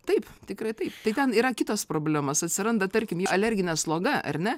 taip tikrai taip tai ten yra kitos problemos atsiranda tarkim alerginė sloga ar ne